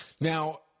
Now